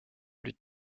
plus